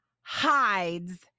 hides